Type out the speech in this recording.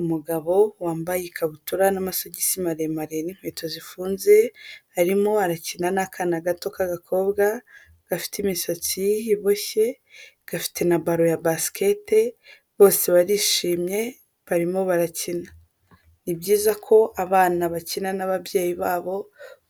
Umugabo wambaye ikabutura n'amasogisi maremare n'inkweto zifunze, arimo arakina n'akana gato k'agakobwa, gafite imisatsi iboshye, gafite na baro ya basket, bose barishimye, barimo barakina. Ni byiza ko abana bakina n'ababyeyi babo